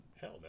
Hell